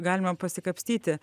galima pasikapstyti